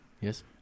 Yes